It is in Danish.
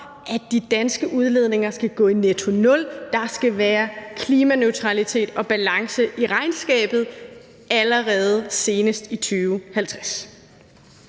at de danske udledninger skal gå i nettonul – der skal være klimaneutralitet og balance i regnskabet allerede senest i 2050.